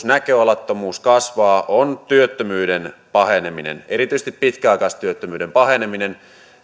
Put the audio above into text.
näköalattomuus kasvaa on työttömyyden paheneminen erityisesti pitkäaikaistyöttömyyden paheneminen